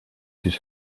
sis